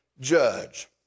judge